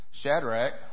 Shadrach